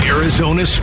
Arizona